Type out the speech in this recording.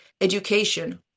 education